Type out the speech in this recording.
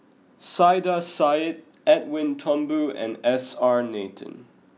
Saiedah Said Edwin Thumboo and S R Nathan